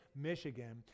Michigan